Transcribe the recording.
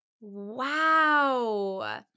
Wow